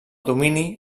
domini